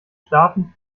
startend